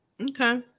Okay